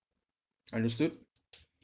understood